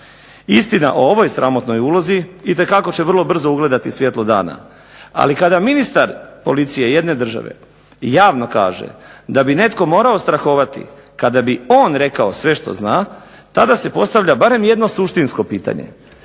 Istina o ovoj sramotnoj ulozi itekako će vrlo brzo ugledati svjetlo dana, ali kada ministar policije jedne države javno kaže da bi netko morao strahovati kada bi on rekao sve što zna, tada se postavlja barem jedno suštinsko pitanje,